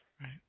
Right